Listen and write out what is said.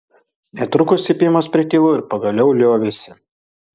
netrukus cypimas pritilo ir pagaliau liovėsi